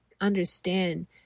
understand